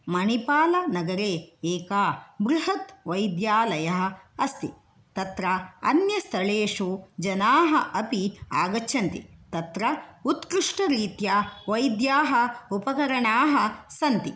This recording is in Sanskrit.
मणिपालनगरे एका बृहत् वैद्यालयः अस्ति तत्र अन्यस्थळेषु जनाः अपि आगच्छन्ति तत्र उत्कृष्टरीत्या वैद्याः उपकरणाः सन्ति